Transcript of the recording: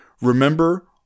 remember